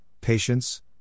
patience